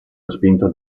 respinto